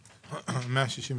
עליהן.